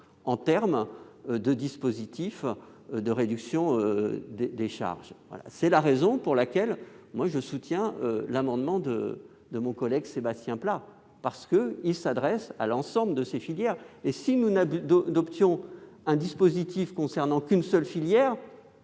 en termes de dispositifs de réduction des charges. C'est la raison pour laquelle je soutiendrai l'amendement de mon collègue Sebastien Pla, qui s'adresse à l'ensemble de ces filières. Si nous adoptions un dispositif ne concernant qu'une seule filière,